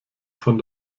von